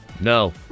No